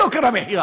יוקר המחיה.